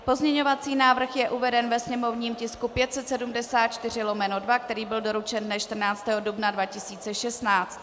Pozměňovací návrh je uveden ve sněmovním tisku 574/2, který byl doručen dne 14. dubna 2016.